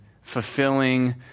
fulfilling